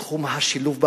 בתחום השילוב בעבודה,